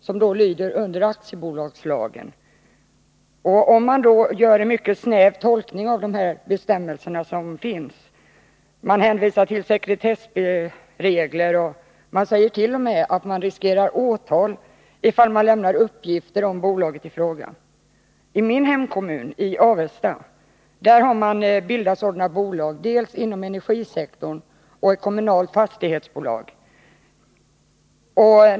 Sådana bolag lyder under aktiebolagslagen, och man kan sedan göra en mycket snäv tolkning av gällande bestämmelser, hänvisa till sekretessregler och t.o.m. säga att den som lämnar uppgifter om bolaget i fråga kan riskera åtal. I min hemkommun Avesta har man bildat sådana boiag dels inom energisektorn, dels i form av ett kommunalt fastighetsbolag.